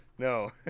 No